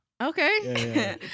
Okay